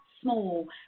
small